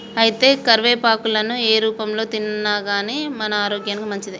అయితే కరివేపాకులను ఏ రూపంలో తిన్నాగానీ మన ఆరోగ్యానికి మంచిదే